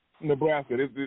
Nebraska